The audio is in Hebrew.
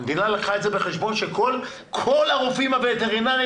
המדינה לקחה בחשבון שכל הרופאים הווטרינריים,